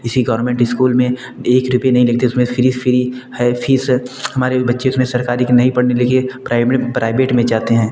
इसी government school में एक रुपये नहीं लेते उसमें फ़ीस फ़िरी है फ़ीस हमारे बच्चे उसमें सरकारी के नहीं पढ़ने लेगे प्राइमरी प्राइबेट में जाते हैं